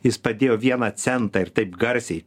jis padėjo vieną centą ir taip garsiai